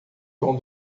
vão